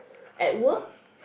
at work